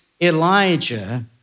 Elijah